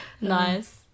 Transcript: Nice